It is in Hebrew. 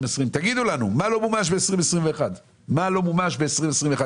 תגידו לנו מה לא מומש ב-2021 כי ב-2020,